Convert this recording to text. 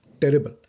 terrible